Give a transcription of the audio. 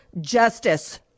justice